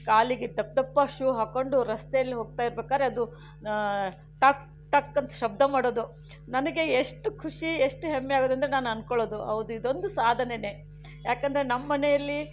ಕಾಲಿಗೆ ದಪ್ಪ ದಪ್ಪ ಶೂ ಹಾಕಿಕೊಂಡು ರಸ್ತೆಯಲ್ಲಿ ಹೋಗ್ತಾ ಇರ್ಬೇಕಾದ್ರದು ಟಕ್ ಟಕ್ಕಂತ ಶಬ್ದ ಮಾಡೋದು ನನಗೆ ಎಷ್ಟು ಖುಷಿ ಎಷ್ಟು ಹೆಮ್ಮೆ ಆಗೋದೆಂದರೆ ನಾನು ಅನ್ಕೊಳ್ಳೋದು ಹೌದು ಇದೊಂದು ಸಾಧನೆಯೇ ಯಾಕೆಂದರೆ ನಮ್ಮ ಮನೆಯಲ್ಲಿ